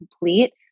complete